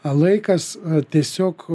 a laikas tiesiog